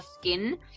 skin